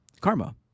karma